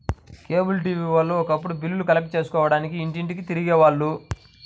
cable TV వాళ్ళు ఒకప్పుడు బిల్లులు కలెక్ట్ చేసుకోడానికి ఇంటింటికీ తిరిగే వాళ్ళు